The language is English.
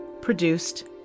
produced